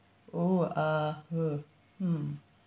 oh uh ugh mm